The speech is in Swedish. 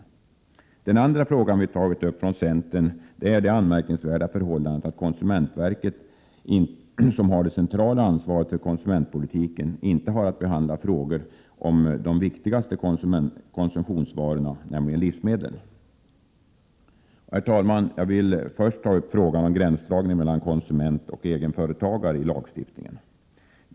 20 maj 1988 Den andra frågan som vi i centern har tagit upp gäller det anmärkningsvärda förhållandet att konsumentverket, som har det centrala ansvaret för konsumentpolitiken, inte har att behandla frågor som rör de viktigaste konsumtionsvarorna, nämligen livsmedlen. Herr talman! Jag vill först ta upp frågan om gränsdragningen mellan konsument och egenföretagare i lagstiftningen.